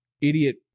idiot